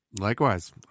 Likewise